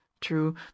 True